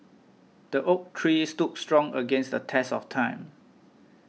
the oak tree stood strong against the test of time